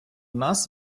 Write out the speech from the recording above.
нас